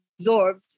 absorbed